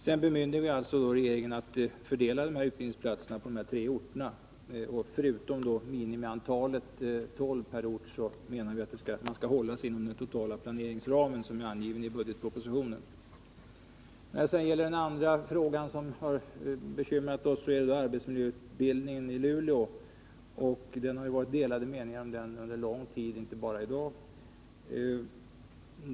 Sedan bemyndigas regeringen att fördela dessa utbildningsplatser på de tre orterna. Förutom minimiantalet tolv antagna per ort anser vi att man skall hålla sig inom den totala planeringsram som är angiven i budgetpropositionen. Den andra fråga som har bekymrat oss är arbetsmiljöutbildningen i Luleå. Det har rått delade meningar om den under lång tid, inte bara i dag.